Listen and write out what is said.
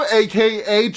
aka